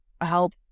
help